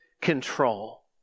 control